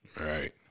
Right